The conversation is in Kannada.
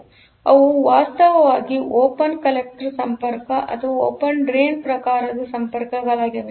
ಆದ್ದರಿಂದ ಅವು ವಾಸ್ತವವಾಗಿ ಓಪನ್ ಕಲೆಕ್ಟರ್ ಸಂಪರ್ಕ ಅಥವಾ ಓಪನ್ ಡ್ರೈನ್ ಪ್ರಕಾರದ ಸಂಪರ್ಕಗಳಾಗಿವೆ